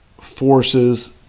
forces